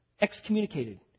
excommunicated